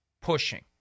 pushing